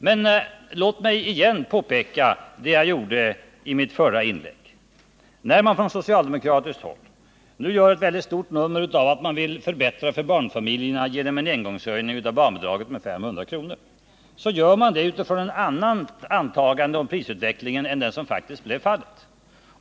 Men låt mig igen göra det påpekande som jag gjorde i mitt förra inlägg: När man från socialdemokratiskt håll nu gör ett väldigt stort nummer av att man vill förbättra för barnfamiljerna genom en engångshöjning av barnbidraget med 500 kr., så gör man det utifrån ett antagande om en annan prisutveckling än den som faktiskt blev fallet.